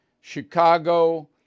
Chicago